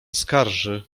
skarży